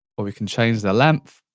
or we can change the length.